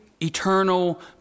eternal